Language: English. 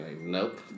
Nope